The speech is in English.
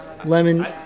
Lemon